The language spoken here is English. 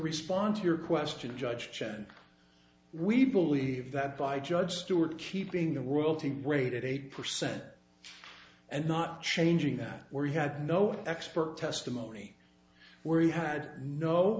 respond to your question judge chen we believe that by judge stewart keeping the world rate at eight percent and not changing that where he had no expert testimony where he had